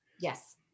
yes